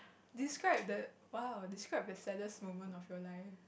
describe the !wow! describe the saddest moment of your life